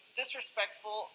disrespectful